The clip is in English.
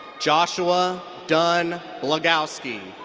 joshua dunn blagowsky.